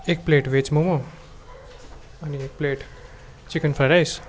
एक प्लेट भेज मोमो अनि एक प्लेट चिकन फ्राइड राइस